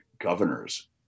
governor's